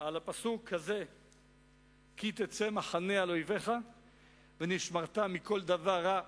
על הפסוק הזה "כי תצא מחנה על איביך ונשמרת מכל דבר רע",